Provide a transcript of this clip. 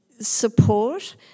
Support